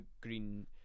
Green